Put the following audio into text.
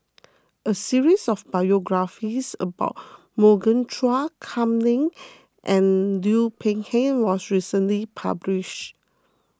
a series of biographies about Morgan Chua Kam Ning and Liu Peihe was recently published